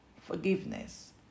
forgiveness